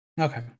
Okay